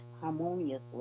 harmoniously